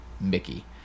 Mickey